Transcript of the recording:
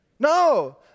No